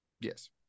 Yes